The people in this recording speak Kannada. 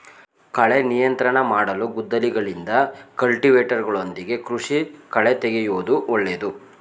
ಕಳೆ ನಿಯಂತ್ರಣ ಮಾಡಲು ಗುದ್ದಲಿಗಳಿಂದ, ಕಲ್ಟಿವೇಟರ್ಗಳೊಂದಿಗೆ ಕೃಷಿ ಕಳೆತೆಗೆಯೂದು ಒಳ್ಳೇದು